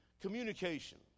Communication